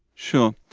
sure.